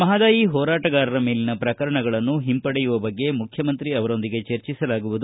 ಮಹಾದಾಯಿ ಹೋರಾಟಗಾರರ ಮೇಲಿನ ಪ್ರಕರಣಗಳನ್ನು ಹಿಂಪಡೆಯುವ ಬಗ್ಗೆ ಮುಖ್ಯಮಂತ್ರಿ ಅವರೊಂದಿಗೆ ಚರ್ಚಿಸಲಾಗುವುದು